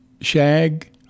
Shag